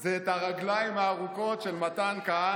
זה את הרגליים הארוכות של מתן כהנא.